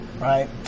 right